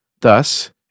Thus